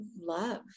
love